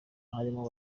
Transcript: harimo